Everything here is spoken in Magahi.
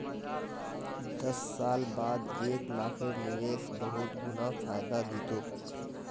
दस साल बाद एक लाखेर निवेश बहुत गुना फायदा दी तोक